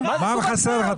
מה חסר לך?